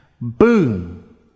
Boom